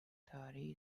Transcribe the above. tarihi